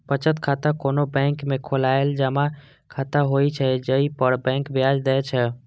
बचत खाता कोनो बैंक में खोलाएल जमा खाता होइ छै, जइ पर बैंक ब्याज दै छै